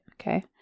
Okay